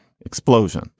explosion